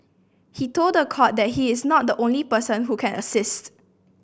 he told the court that he is not the only person who can assist